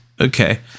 Okay